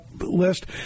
list